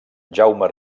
jaume